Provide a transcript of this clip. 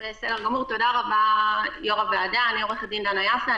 אני עורכת-הדין דנה יפה,